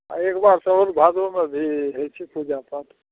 एहिके बाद साओन भादवमे भी हइ छै पूजापाठ